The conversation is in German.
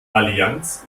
allianz